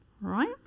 right